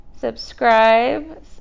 subscribe